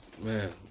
man